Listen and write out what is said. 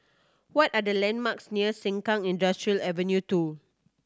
what are the landmarks near Sengkang Industrial Ave Two